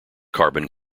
carbon